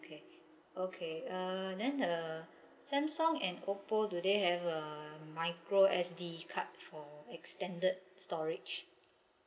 okay okay uh then the samsung and oppo do they have a micro S_D card for extended storage